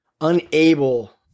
unable